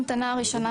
אבל המענים בקהילה,